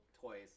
toys